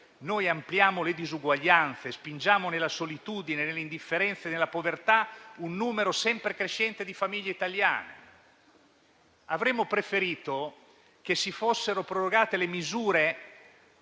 noi ampliamo le disuguaglianze, spingiamo nella solitudine, nell'indifferenza e nella povertà un numero sempre crescente di famiglie italiane. Avremmo preferito che si fossero prorogate le misure